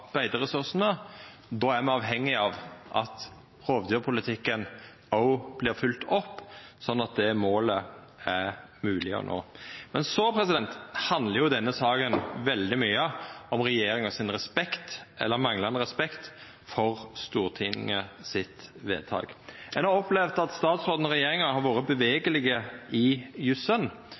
beiteressursane. Då er me avhengige av at rovdyrpolitikken òg vert følgd opp, sånn at det målet er mogleg å nå. Denne saka handlar jo veldig mykje om regjeringa si respekt, eller manglande respekt, for vedtaket i Stortinget. Ein har opplevd at statsråden og regjeringa har vore bevegelege i jussen.